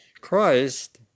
Christ